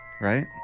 right